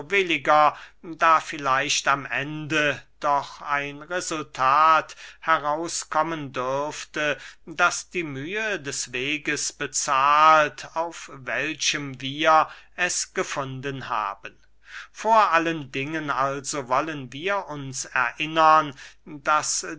da vielleicht am ende doch ein resultat herauskommen dürfte das die mühe des weges bezahlt auf welchem wir es gefunden haben vor allen dingen also wollen wir uns erinnern daß